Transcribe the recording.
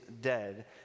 dead